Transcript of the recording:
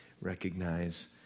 recognize